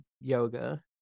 yoga